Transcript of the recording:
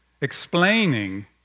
explaining